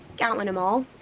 can't win em all.